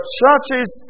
churches